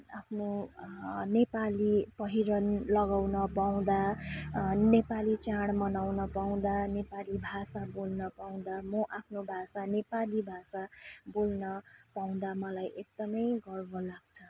आफ्नो नेपाली पहिरन लगाउन पाउँदा नेपाली चाड मनाउन पाउँदा नेपाली भाषा बोल्न पाउँदा म आफ्नो भाषा नेपाली भाषा बोल्न पाउँदा मलाई एकदमै गर्व लाग्छ